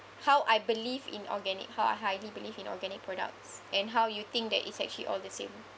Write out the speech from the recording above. how I believe in organic how I did believe in organic products and how you think that is actually all the same